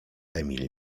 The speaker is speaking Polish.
emil